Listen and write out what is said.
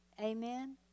Amen